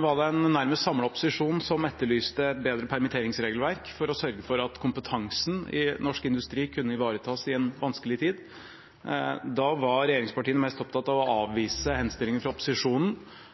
var det en nærmest samlet opposisjon som etterlyste bedre permitteringsregelverk, for å sørge for at kompetansen i norsk industri kunne ivaretas i en vanskelig tid. Da var regjeringspartiene mest opptatt av å avvise henstillingen fra opposisjonen